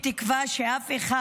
בתקווה שאף אחד